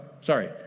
Sorry